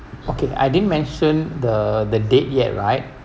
okay I didn't mention the the date yet right